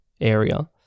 area